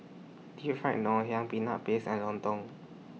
Deep Fried Ngoh Hiang Peanut Paste and Lontong